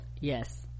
yes